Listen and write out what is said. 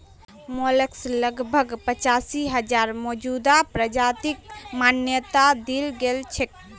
mollusc लगभग पचासी हजार मौजूदा प्रजातिक मान्यता दील गेल छेक